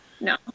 no